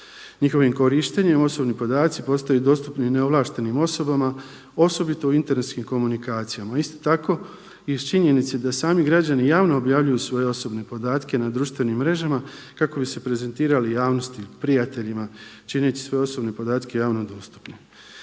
Njihovim korištenjem osobni podaci postaju dostupni neovlaštenim osobama osobito u internetskim komunikacijama. Isto tako, iz činjenice da sami građani javno objavljuju svoje osobne podatke na društvenim mrežama kako bi se prezentirali javnosti, prijateljima, čineći svoje osobne podatke javno dostupnim.